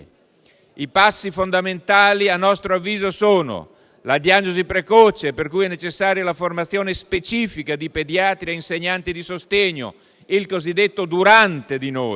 I passi fondamentali, a nostro avviso, sono: la diagnosi precoce (per cui è necessaria la formazione specifica di pediatri e insegnanti di sostegno); il cosiddetto durante di noi